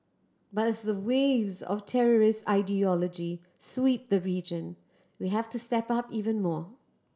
but as the waves of terrorist ideology sweep the region we have to step up even more